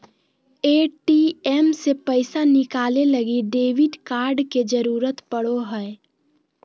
ATM से पैसा निकाले लगी डेबिट कार्ड के जरूरत पड़ो हय